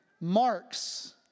marks